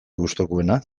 gustukoena